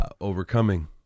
overcoming